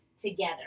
together